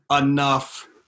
enough